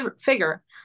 figure